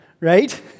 right